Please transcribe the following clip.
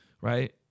right